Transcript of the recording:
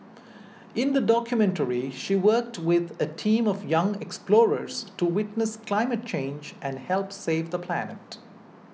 in the documentary she worked with a team of young explorers to witness climate change and help save the planet